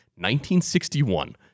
1961